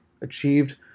achieved